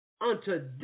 unto